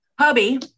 Hubby